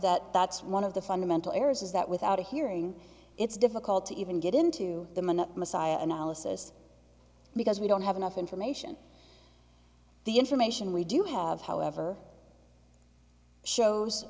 that that's one of the fundamental errors is that without a hearing it's difficult to even get into the mind the messiah analysis because we don't have enough information the information we do have however shows